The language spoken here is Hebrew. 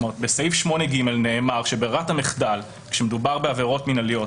בסעיף 8(ג) נאמר שכשמדובר בעבירות מינהליות,